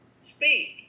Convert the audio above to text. speak